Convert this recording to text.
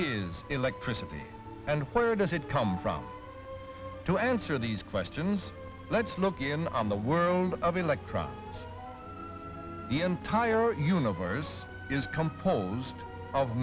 is electricity and where does it come from to answer these questions let's look in on the world of electrons the entire universe is composed of